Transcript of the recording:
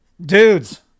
Dudes